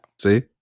See